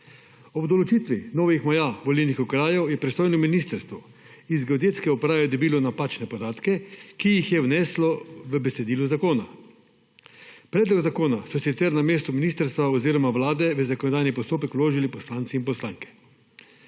Ob določitvi novih meja volilnih okrajev je pristojno ministrstvo iz Geodetske uprave dobilo napačne podatke, ki jih je vneslo v besedilo zakona. Predlog zakona so sicer namesto ministrstva oziroma Vlade v zakonodajni postopek vložili poslanci in poslanke.